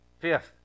Fifth